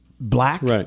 Black